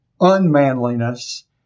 unmanliness